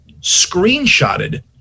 screenshotted